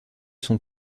son